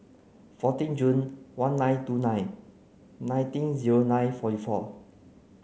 fourteen Jun one nine two nine nineteen zero nine fourty four